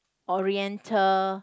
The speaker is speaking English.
oriental